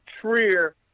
Trier